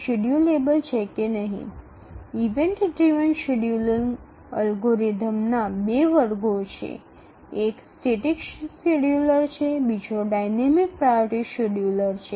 algorithm event চালিত শিডিয়ুলারগুলির ২ শ্রেণি রয়েছে একটি স্থির শিডিয়ুলার অন্যটি গতিশীল অগ্রাধিকারের শিডিয়ুলার